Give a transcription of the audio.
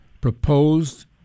proposed